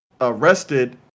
arrested